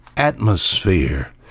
atmosphere